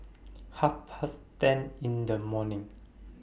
Half Past ten in The morning